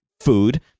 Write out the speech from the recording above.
food